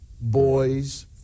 boys